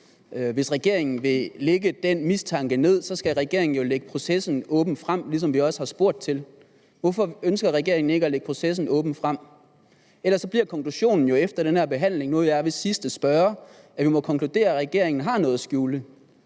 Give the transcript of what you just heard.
Hvis regeringen vil lægge den mistanke ned, skal regeringen jo lægge processen åbent frem, som vi også har spurgt til. Hvorfor ønsker regeringen ikke at lægge processen åbent frem? Ellers bliver konklusionen jo efter den her behandling, nu vi er ved sidste spørger, at regeringen har noget at skjule,